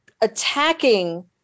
attacking